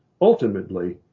ultimately